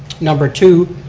number two,